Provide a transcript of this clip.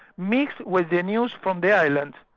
mixed with the news from the islands,